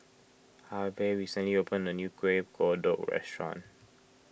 Harve recently opened a new Kuih Kodok restaurant